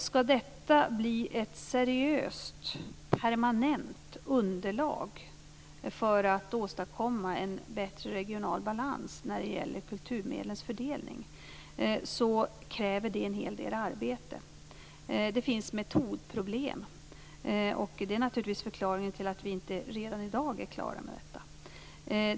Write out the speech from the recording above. Om detta skall bli ett seriöst och permanent underlag för att åstadkomma en bättre regional balans av kulturmedlens fördelning kräver det en hel del arbete. Det finns metodproblem, som naturligtvis är förklaringen till att vi inte redan i dag är klara med detta.